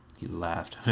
he laughed.